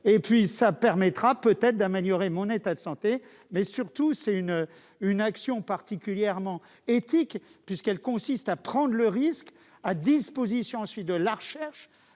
et puis ça permettra peut-être d'améliorer mon état de santé, mais surtout c'est une une action particulièrement éthique puisqu'elle consiste à prendre le risque à disposition, celui de la recherche